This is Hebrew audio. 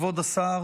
כבוד השר